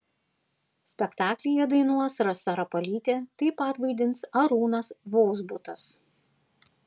spektaklyje dainuos rasa rapalytė taip pat vaidins arūnas vozbutas